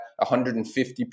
150